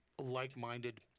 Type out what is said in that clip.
like-minded